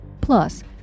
Plus